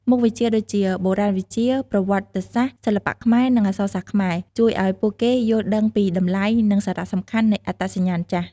មុខវិជ្ជាដូចជា បុរាណវិទ្យា ប្រវត្តិសាស្ត្រ សិល្បៈខ្មែរ និងអក្សរសិល្ប៍ខ្មែរ ជួយឱ្យពួកគេយល់ដឹងពីតម្លៃ និងសារៈសំខាន់នៃអត្តសញ្ញាណចាស់។